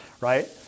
right